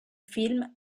film